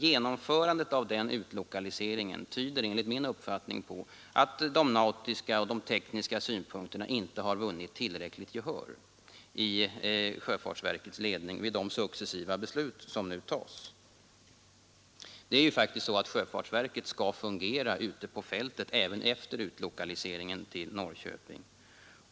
Genomförandet av den utlokaliseringen tyder nämligen, enligt min uppfattning, på att de nautiska och tekniska synpunkterna inte vinner tillräckligt gehör i sjöfartsverkets ledning och i de beslut som där successivt fattas. Sjöfartsverket skall faktiskt fungera ute på fältet så att säga även efter utlokaliseringen till Norrköping.